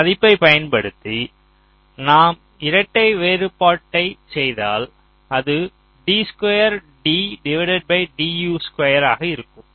இந்த மதிப்பை பயன்படுத்தி நாம் இரட்டை வேறுபாட்டைச் செய்தால் அது ஆக இருக்கும்